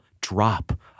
drop